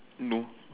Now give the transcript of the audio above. no